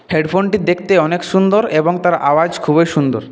হেডফোনটি দেখতে অনেক সুন্দর এবং তার আওয়াজ খুবই সুন্দর